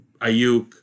Ayuk